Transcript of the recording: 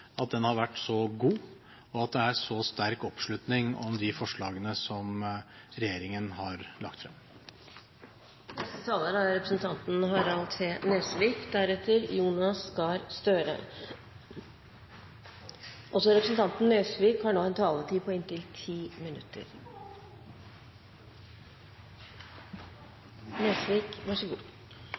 at den har vært så god, og at det er så sterk oppslutning om de forslagene som regjeringen har lagt frem. Debatten bør jo være relativt uttømt hva gjelder innlegg nå, så jeg vil bare komme med en